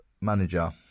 Manager